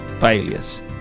failures